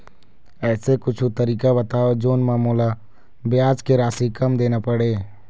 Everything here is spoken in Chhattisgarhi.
ऐसे कुछू तरीका बताव जोन म मोला ब्याज के राशि कम देना पड़े?